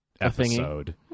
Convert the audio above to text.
episode